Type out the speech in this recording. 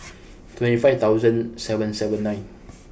twenty five thousand seven seven nine